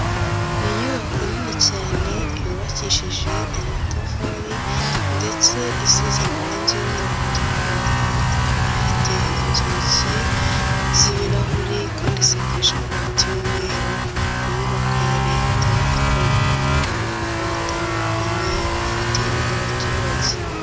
Ni inyubako nini cyane yubakishije amatafari ndetse isize amarangi y'umutuku. Ifite inzugi z'ibirahuri kandi isakaje amabati y'umweru. Ni inyubako ya leta ikorerwamo ibikorwa bitandukanye, bifitiye inyungu abaturage.